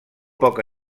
poca